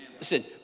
Listen